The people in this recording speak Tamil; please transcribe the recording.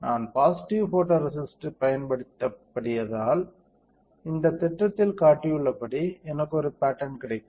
நான் பாசிட்டிவ் போட்டோரேசிஸ்ட்க்குப் பயன்படுத்தியதால் இந்த திட்டத்தில் காட்டப்பட்டுள்ளபடி எனக்கு ஒரு பட்டர்ன் கிடைக்கும்